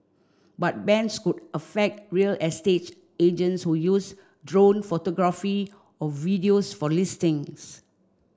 but bans could affect real estate agents who use drone photography or videos for listings